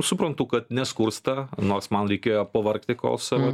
suprantu kad neskursta nors man reikėjo pavargti kol savo